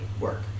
work